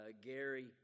Gary